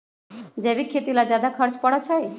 जैविक खेती ला ज्यादा खर्च पड़छई?